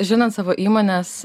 žinant savo įmonės